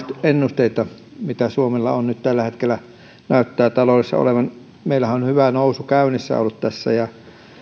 ennusteita mitä suomella nyt tällä hetkellä näyttää taloudessa olevan meillähän on on hyvä nousu käynnissä ollut tässä ja